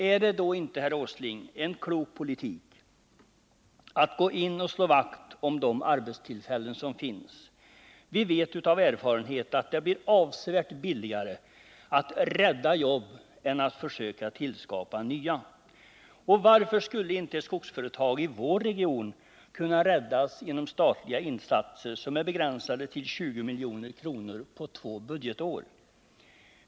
Är det då inte, herr Åsling, en klok politik att gå in och slå vakt om de arbetstillfällen som finns? Vi vet av erfarenhet att det blir avsevärt billigare att rädda jobb än att försöka skapa nya. Och varför skulle inte ett skogsföretag i vår region kunna räddas genom statliga insatser, som är begränsade till 20 milj.kr. på två budgetår?